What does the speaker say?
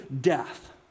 death